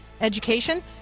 education